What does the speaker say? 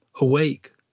awake